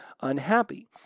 unhappy